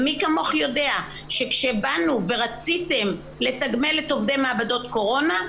ומי כמוך יודע שכשבאנו ורציתם לתגמל את עובדי מעבדות קורונה,